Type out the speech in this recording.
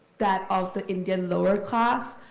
that of the indian lower class.